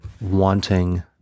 wanting